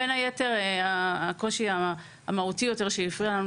בין היתר הקושי המהותי יותר שהפריע לנו